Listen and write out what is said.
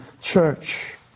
church